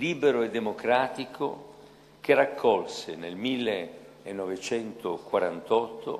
אשר אספה לחיקה, בשנת 1948,